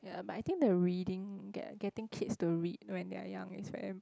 ya but I think the reading getting kids to read when they are young is very